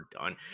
done